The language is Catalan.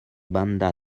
banda